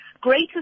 greater